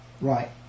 Right